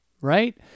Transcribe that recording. right